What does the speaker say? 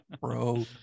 Bro